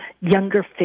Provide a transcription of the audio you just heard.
younger